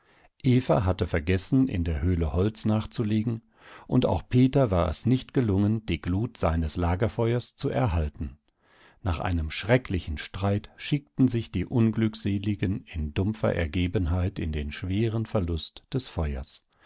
eva hatte vergessen in der höhle holz nachzulegen und auch peter war es nicht gelungen die glut seines lagerfeuers zu erhalten nach einem schrecklichen streit schickten sich die unglückseligen in dumpfer ergebenheit in den schweren verlust des feuers